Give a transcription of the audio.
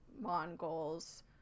Mongols